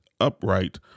upright